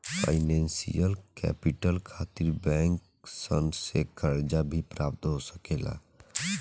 financial capital खातिर bank सन से कर्जा भी प्राप्त हो सकेला